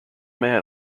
man